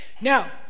now